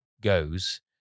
goes